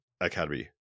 Academy